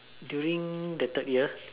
during the third year